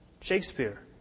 Shakespeare